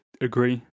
agree